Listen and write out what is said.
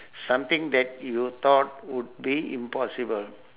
something that you thought would be impossible